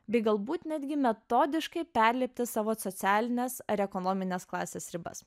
bei galbūt netgi metodiškai perlipti savo socialines ar ekonominės klasės ribas